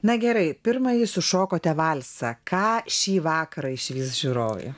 na gerai pirmąjį sušokote valsą ką šį vakarą išvys žiūrovai